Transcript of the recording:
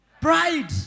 Pride